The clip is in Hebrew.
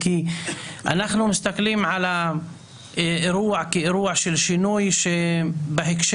כי אנחנו מסתכלים על האירוע כאירוע של שינוי בהקשר